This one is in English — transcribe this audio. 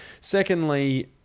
Secondly